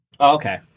Okay